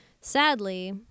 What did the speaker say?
Sadly